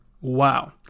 Wow